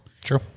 True